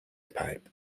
pipe